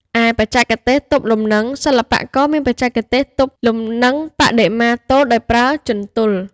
ឯបច្ចេកទេសទប់លំនឹង សិល្បករមានបច្ចេកទេសទប់លំនឹងបដិមាទោលដោយប្រើ ជន្ទល់។